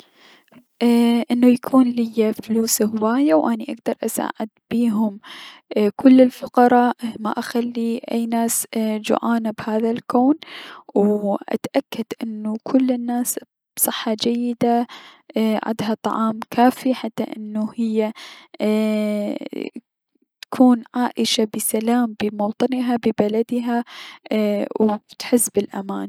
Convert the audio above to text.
اي انو يكون ليا فلوس هواية و اني اكدر اساعد بيهم كل الفقراء ما اخلي اي- ناس جوعانة بهذا الكون، و اتأكد انو كل الناس بصحة جيدة اي عدها طعام كافي حتى انو هي تكون عائشة بسلام بموطنها ببلدها اي- و تحس بلأمان.